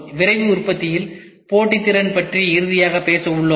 விரைவு உற்பத்தியில் போட்டித்திறன் பற்றி இறுதியாகப் பேச உள்ளோம்